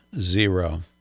zero